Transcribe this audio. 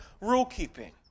rule-keeping